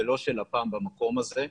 ולא של לפ"מ במקום הזה.